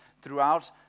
throughout